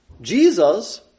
Jesus